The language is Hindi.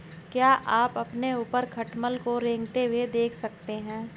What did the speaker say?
क्या आप अपने ऊपर खटमल को रेंगते हुए देख सकते हैं?